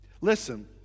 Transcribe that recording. Listen